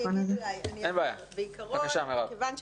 בעיקרון,